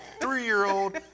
three-year-old